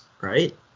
right